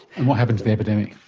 and what happened to the epidemic?